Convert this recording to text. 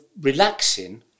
relaxing